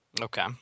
Okay